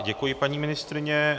Děkuji, paní ministryně.